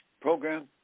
program